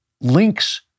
links